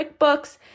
QuickBooks